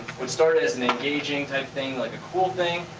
what started as an engaging type thing, like a cool thing,